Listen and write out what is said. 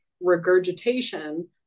regurgitation